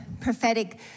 prophetic